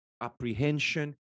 apprehension